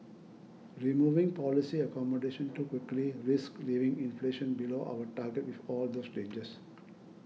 removing policy accommodation too quickly risks leaving inflation below our target with all those dangers